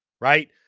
right